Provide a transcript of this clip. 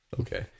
Okay